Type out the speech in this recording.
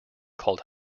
called